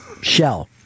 shell